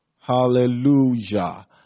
Hallelujah